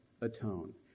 atone